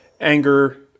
anger